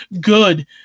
Good